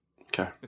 Okay